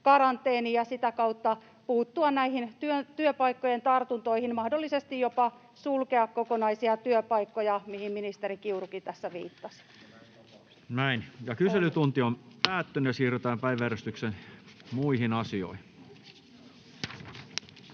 ja sitä kautta puuttua näihin työpaikkojen tartuntoihin, mahdollisesti jopa sulkea kokonaisia työpaikkoja, mihin ministeri Kiurukin tässä viittasi. [Jussi Halla-aho: Onko näin tapahtunut?] — On.